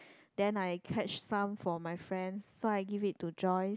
then I catch some for my friends so I give it to Joyce